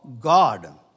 God